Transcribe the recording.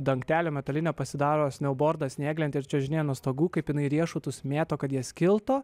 dangtelio metalinio pasidaro snaubordą snieglentę ir čiuožinėja nuo stogų kaip jinai riešutus mėto kad jie skiltų